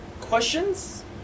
questions